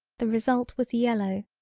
the result was yellow.